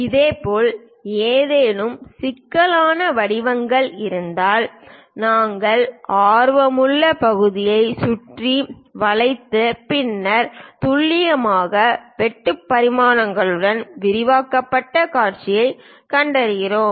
இதேபோல் ஏதேனும் சிக்கலான வடிவங்கள் இருந்தால் நாங்கள் ஆர்வமுள்ள பகுதியை சுற்றி வளைத்து பின்னர் துல்லியமான வெட்டு பரிமாணங்களுடன் விரிவாக்கப்பட்ட காட்சிகளாகக் காட்டுகிறோம்